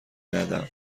ندم